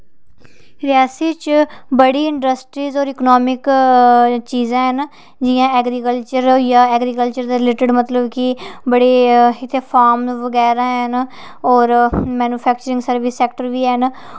रियासी च बड़ी इंडस्ट्रीज़ होर इकोनॉमिक चीज़ां हैन जियां एग्रीकल्चर होइया एग्रीकल्चर दे रीलेटेड की बड़े इत्थें फार्म बगैरा हैन होर मैन्यूफैक्चरिंग होर सर्विस सैंटर बी हैन